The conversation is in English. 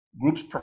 groups